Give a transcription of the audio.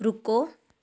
ਰੁਕੋ